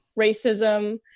racism